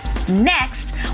Next